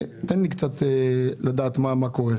תן לי קצת פרטים על מה שקורה שם.